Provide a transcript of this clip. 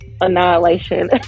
annihilation